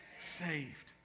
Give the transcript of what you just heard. Saved